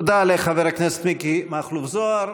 תודה לחבר הכנסת מיקי מכלוף זוהר.